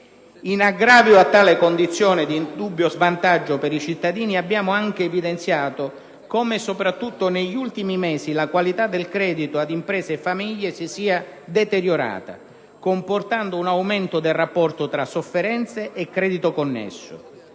In aggravio a tale condizione di indubbio svantaggio per i cittadini, abbiamo anche evidenziato come, soprattutto negli ultimi mesi, la qualità del credito ad imprese e famiglie si sia deteriorata, comportando un aumento del rapporto tra sofferenze e credito concesso.